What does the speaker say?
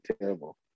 terrible